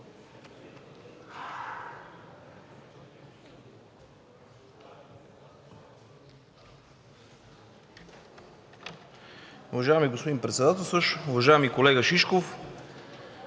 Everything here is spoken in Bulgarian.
Уважаеми колега Шишков,